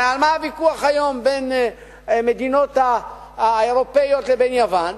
הרי על מה הוויכוח היום בין המדינות האירופיות לבין יוון?